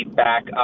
back